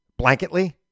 Blanketly